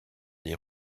des